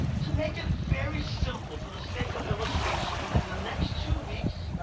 to make it very simple for the sake of illustration, and in the next two weeks,